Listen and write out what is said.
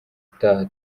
utaha